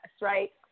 right